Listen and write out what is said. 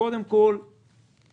קודם כול המשק